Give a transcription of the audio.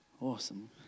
Awesome